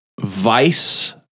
vice